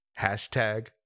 Hashtag